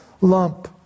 lump